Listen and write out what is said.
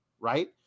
right